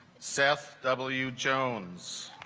seth w jones